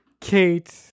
Kate